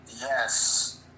Yes